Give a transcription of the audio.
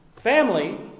Family